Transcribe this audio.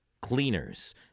cleaners